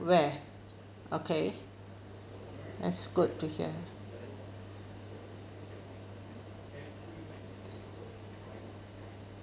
where okay that's good to hear